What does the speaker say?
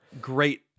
great